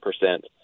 percent